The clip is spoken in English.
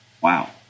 Wow